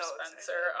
Spencer